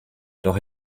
doch